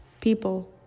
people